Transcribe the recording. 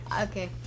Okay